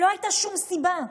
לא הייתה שום סיבה.